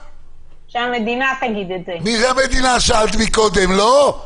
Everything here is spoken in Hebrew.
שאלת קודם מי זה המדינה, לא?